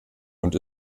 und